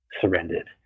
surrendered